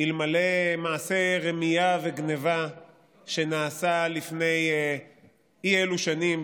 אלמלא מעשה רמייה וגנבה שנעשה לפני אי אלו שנים,